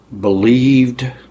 believed